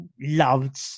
loved